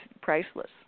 priceless